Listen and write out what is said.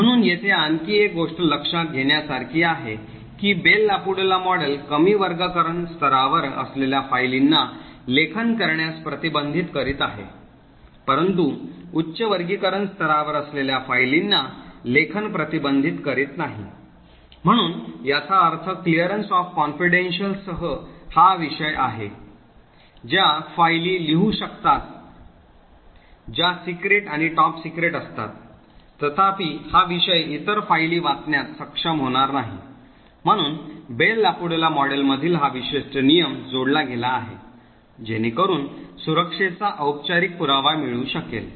म्हणून येथे आणखी एक गोष्ट लक्षात घेण्यासारखी आहे की बेल लापॅडुला मॉडेल कमी वर्गीकरण स्तरावर असलेल्या फायलींना लेखन करण्यास प्रतिबंधित करीत आहे परंतु उच्च वर्गीकरण स्तरावर असलेल्या फायलींना लेखन प्रतिबंधित करीत नाही म्हणून याचा अर्थ clearance of confidential सह हा विषय आहे ज्या फायली लिहु शकतात ज्या सिक्रेट आणि टॉप सीक्रेट असतात तथापि हा विषय इतर फायली वाचण्यात सक्षम होणार नाही म्हणून बेल लापाडूला मॉडेलमधील हा विशिष्ट नियम जोडला गेला आहे जेणेकरून सुरक्षेचा औपचारिक पुरावा मिळू शकेल